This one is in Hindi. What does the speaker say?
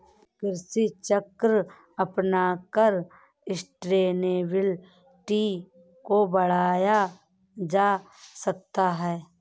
कृषि चक्र अपनाकर सस्टेनेबिलिटी को बढ़ाया जा सकता है